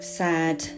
sad